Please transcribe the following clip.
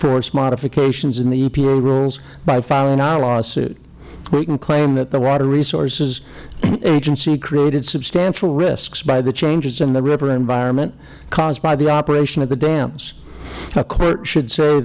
force modifications in the epa rules by filing our lawsuit we can claim that the water resources agency created substantial risks by the changes in the river environment caused by the operation of the dams a court should say